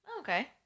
Okay